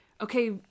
okay